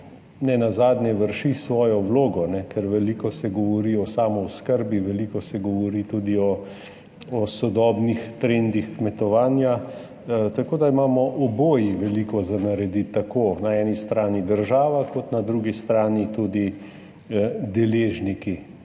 nenazadnje vrši svojo vlogo, ker se veliko govori o samooskrbi, veliko se govori tudi o sodobnih trendih kmetovanja, tako da imamo oboji veliko za narediti, na eni strani država, na drugi strani tudi deležniki.